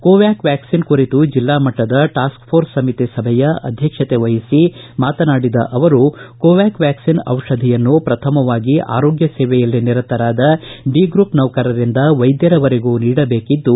ಕೋವ್ಡಾಕ್ ವ್ಯಾಟಿನ್ ಕುರಿತು ಜಿಲ್ಲಾ ಮಟ್ಟದ ಟಾಸ್ಕ್ ಕೊರ್ಸ್ ಸಮಿತಿ ಸಭೆಯ ಅಧ್ಯಕ್ಷತೆ ವಹಿಸಿ ಮಾತನಾಡಿದ ಅವರು ಕೋವ್ಯಾಕ್ ವ್ಯಾಕ್ಷಿನ್ ದಿಷಧಿಯನ್ನು ಪ್ರಥಮವಾಗಿ ಆರೋಗ್ಯ ಸೇವೆಯಲ್ಲಿ ನಿರತರಾದ ಡಿ ಗ್ರೂಪ್ ನೌಕರರಿಂದ ವೈದ್ಧರವರೆಗೂ ನೀಡಬೇಕಿದ್ದು